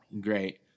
great